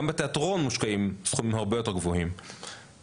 גם בתיאטרון מושקעים סכומים הרבה יותר גבוהים.